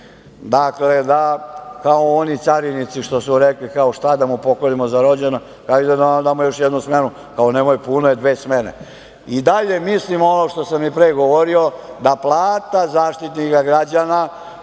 Dakle, da, kao oni carinici što su rekli – šta da mu poklonimo za rođendan, ajde da mu damo još jednu smenu. Kao – nemoj, puno je dve smene.I dalje mislim ono što sama i pre govorio, da plata Zaštitnika građana,